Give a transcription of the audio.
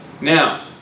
Now